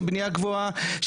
בניה גבוהה,